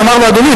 ואמר לו: אדוני,